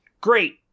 Great